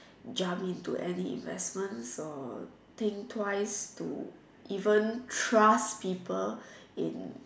jump into any investments so think twice to even trust people in